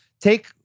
take